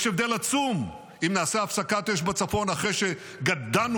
יש הבדל עצום אם נעשה הפסקת אש בצפון אחרי שגדענו